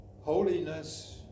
holiness